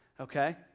okay